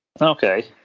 Okay